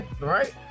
Right